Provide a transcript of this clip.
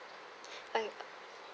ok~